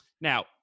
Now